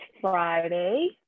Friday